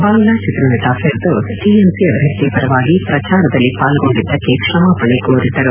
ಬಾಂಗ್ಲಾ ಚಿತ್ರನಟ ಫಿರ್ದೌಜ್ ಟಿಎಂಸಿ ಅಭ್ಯರ್ಥಿ ಪರವಾಗಿ ಪ್ರಚಾರದಲ್ಲಿ ಪಾಲ್ಗೊಂಡಿದ್ದಕ್ಕೆ ಕ್ಷಮಾಪಣೆ ಕೋರಿದ್ದರು